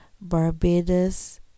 Barbados